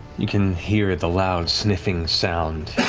you can hear the loud sniffing sound